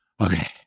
okay